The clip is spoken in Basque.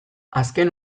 azken